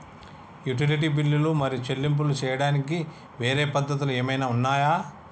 Utility బిల్లులు మరియు చెల్లింపులు చేయడానికి వేరే పద్ధతులు ఏమైనా ఉన్నాయా?